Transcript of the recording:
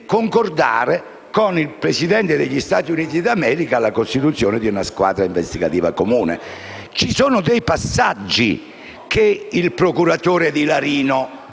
con il Presidente degli Stati Uniti d'America la costituzione di una squadra investigativa comune. Ci sono dei passaggi che tale procuratore deve fare